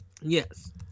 Yes